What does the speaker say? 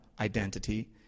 identity